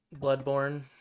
Bloodborne